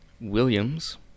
Williams